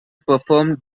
performed